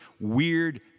weird